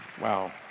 Wow